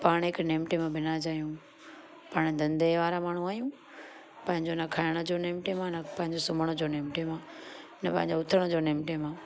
पाण हिक नेम टेम बिना जा आहियूं पाण धंधे वारा माण्हू आहियूं पंहिंजो न खाइण जो नेम टेम आहे न पंहिंजो सुम्हण जो नेम टेम आहे न पंहिंजो उथण जो नेम टेम आहे